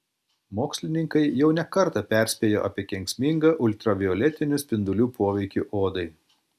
mokslininkai jau ne kartą perspėjo apie kenksmingą ultravioletinių spindulių poveikį odai